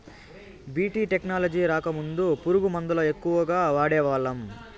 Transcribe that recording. BT technology రాకముందు పురుగు మందుల ఎక్కువగా వాడేవాళ్ళం